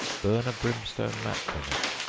burn a brimstone match in it,